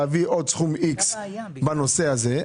להביא עוד סכום x בנושא הזה",